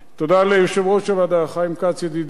תודה ליושב-ראש הוועדה חיים כץ, ידידי,